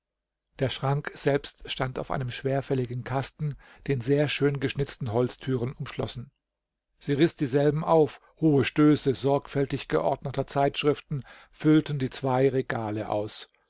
der schrank selbst stand auf einem schwerfälligen kasten den sehr schön geschnitzte holzthüren umschlossen sie riß dieselben auf hohe stöße sorgfältig geordneter zeitschriften füllten die zwei regale aus